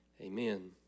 Amen